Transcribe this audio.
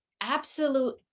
absolute